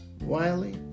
Wiley